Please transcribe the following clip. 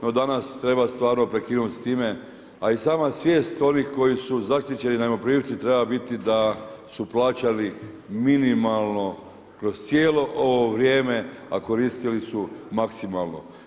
No danas stvarno treba stvarno prekinuti s time a i sama svijest onih koji su zaštićeni najmoprimci treba biti da su plaćali minimalno kroz cijelo ovo vrijeme a koristili su maksimalno.